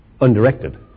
undirected